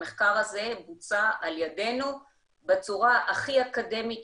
המחקר הזה בוצע על ידינו בצורה הכי אקדמית,